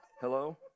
Hello